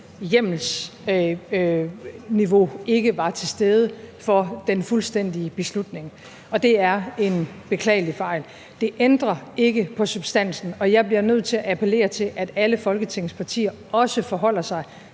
hjemmelsniveau ikke var til stede for den fuldstændige beslutning, og det er en beklagelig fejl. Det ændrer ikke på substansen, og jeg bliver nødt til at appellere til, at alle Folketingets partier også forholder sig